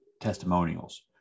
testimonials